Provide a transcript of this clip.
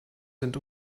sind